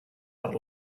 per